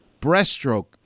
breaststroke